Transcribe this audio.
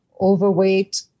overweight